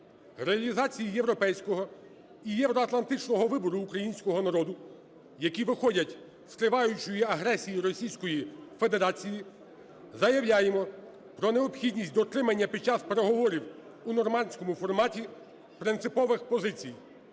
реалізації європейського і євроатлантичного вибору українського народу, які виходять з триваючої агресії Російської Федерації, заявляємо про необхідність дотримання під час переговорів у "нормандському форматі" принципових позицій